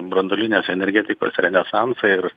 branduolinės energetikos renesansą ir